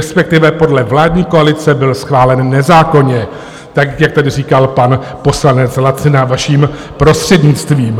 Respektive podle vládní koalice byl schválen nezákonně, jak tady říkal pan poslanec Lacina, vaším prostřednictvím.